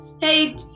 Hey